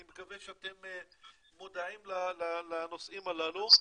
אני מקווה שאתם מודעים לנושאים הללו.